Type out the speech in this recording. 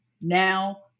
Now